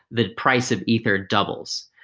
the price of ether doubles.